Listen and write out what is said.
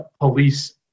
police